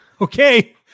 okay